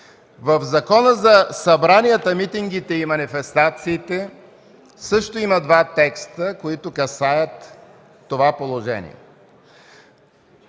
В Закона за събранията, митингите и манифестациите също има два текста, които касаят това положение.